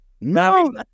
no